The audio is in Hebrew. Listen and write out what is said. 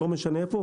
זה לא משנה היכן.